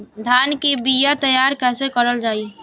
धान के बीया तैयार कैसे करल जाई?